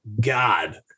God